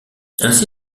ainsi